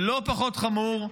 ולא פחות חמור,